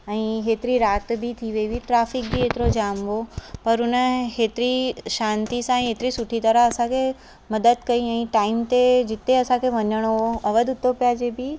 ऐं हेतिरी राति बि थी वई हुई ट्राफ़िक बि हेतिरो जामु हो पर उन हेतिरी शांति सां ई हेतिरी सुठी तरह असांखे मदद कई ऐं टाइम ते जिते असांखे वञिणो हो अवध उतोपिया जे बि